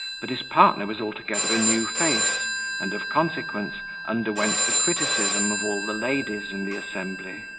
but his partner was altogether a new face and of consequence underwent the criticism of all the ladies in the assembly.